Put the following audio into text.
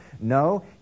No